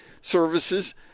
services